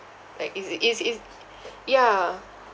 like is is is yeah